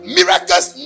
Miracles